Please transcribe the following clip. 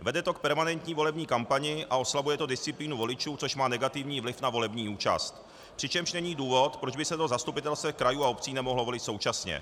Vede to k permanentní volební kampani a oslabuje to disciplínu voličů, což má negativní vliv na volební účast, přičemž není důvod, proč by se do zastupitelstev krajů a obcí nemohlo volit současně.